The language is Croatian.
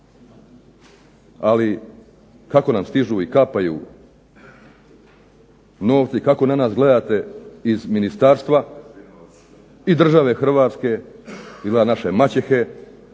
ali kako nam stižu i kapaju novci, kako na nas gledate iz Ministarstva, iz države Hrvatske izgleda naše maćehe,